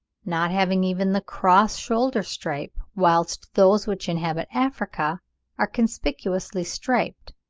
not having even the cross shoulder-stripe, whilst those which inhabit africa are conspicuously striped,